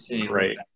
Great